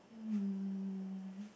um